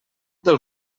del